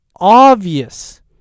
obvious